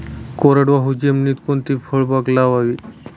कोरडवाहू जमिनीत कोणती फळबाग लावावी?